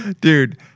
Dude